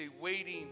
waiting